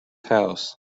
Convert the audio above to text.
house